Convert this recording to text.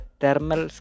thermal